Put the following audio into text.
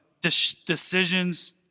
decisions